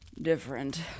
different